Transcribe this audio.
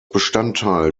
bestandteil